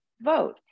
vote